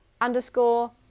underscore